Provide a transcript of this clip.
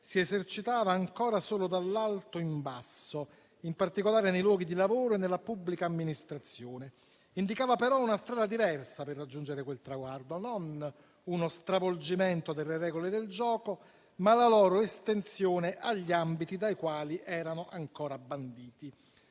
si esercitava ancora solo dall'alto in basso, in particolare nei luoghi di lavoro e nella pubblica amministrazione. Indicava però una strada diversa per raggiungere quel traguardo: non uno stravolgimento delle regole del gioco, ma la loro estensione agli ambiti dai quali erano ancora banditi.